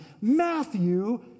Matthew